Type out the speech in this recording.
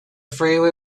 freeway